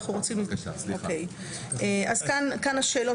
כאן השאלות,